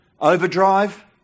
Overdrive